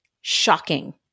Shocking